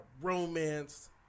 romance